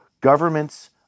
governments